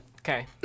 Okay